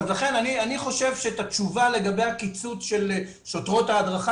לכן אני חושב שאת התשובה לגבי הקיצוץ של שוטרות ההדרכה,